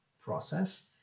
process